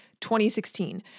2016